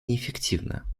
неэффективно